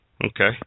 Okay